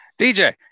DJ